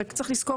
רק צריך לזכור